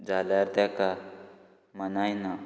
जाल्यार तेका मनाय ना